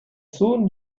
soon